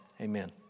amen